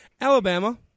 Alabama